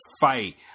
fight